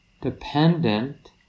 dependent